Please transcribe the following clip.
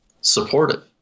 supportive